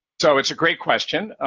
so it's a great question,